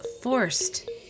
forced